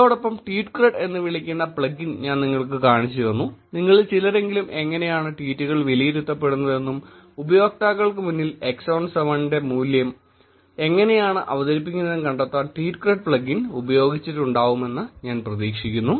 അതോടൊപ്പം tweet cred എന്ന് വിളിക്കപ്പെടുന്ന പ്ലഗിൻ ഞാൻ നിങ്ങൾക്ക് കാണിച്ചുതന്നു നിങ്ങളിൽ ചിലരെങ്കിലും എങ്ങനെയാണു ട്വീറ്റുകൾ വിലയിരുത്തപ്പെടുന്നതെന്നും ഉപയോക്താക്കൾക്ക് മുന്നിൽ x on 7 ന്റെ മൂല്യം എങ്ങനെയാണു അവതരിപ്പിക്കുന്നതെന്നും കണ്ടെത്താൻ ട്വീറ്റ് ക്രെഡ് പ്ലഗിൻ ഉപയോഗിച്ചിട്ടുണ്ടാവുമെന്ന് ഞാൻ പ്രതീക്ഷിക്കുന്നു